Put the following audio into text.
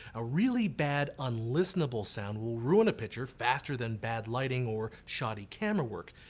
ah really bad unlistenable sound will ruin a picture faster than bad lighting or shoddy camera work.